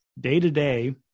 day-to-day